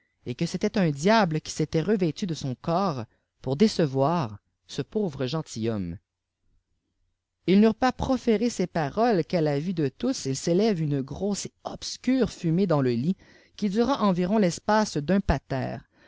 et que c'était un diable qui s'était revêtu de son corps pour décevoir ce pauvre gentilhomme fls n'eurent pas proféré ces paroles qu'à la vue de tou il s'élève une grosse et obscure fumée dns le lit qui dura environ l'espace d'un joafer